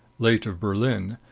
late of berlin,